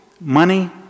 Money